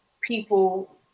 people